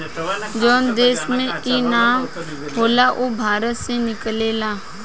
जवन देश में ई ना होला उ भारत से किनेला